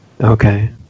Okay